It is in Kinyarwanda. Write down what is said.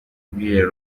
ubwiherero